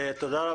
תודה.